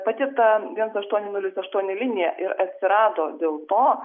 pati ta viens aštuoni nulis aštuoni linija ir atsirado dėl to